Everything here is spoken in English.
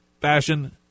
fashion